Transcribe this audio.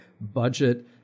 budget